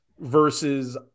versus